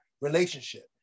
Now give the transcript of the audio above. relationship